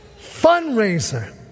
fundraiser